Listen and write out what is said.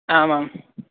आमां